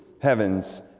heavens